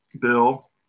Bill